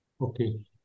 Okay